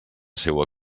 seua